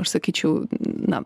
aš sakyčiau na